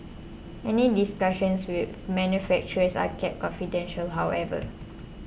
any discussions with manufacturers are kept confidential however